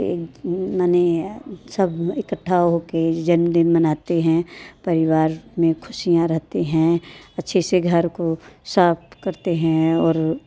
एक सब इकठ्ठा होके जन्मदिन मनाते हैं परिवार में खुशियाँ रहते हैं अच्छे से घर को साफ करते हैं और